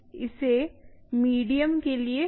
इसे मीडियम के लिए जांचना होगा